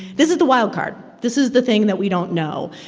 this is the wild card. this is the thing that we don't know.